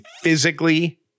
physically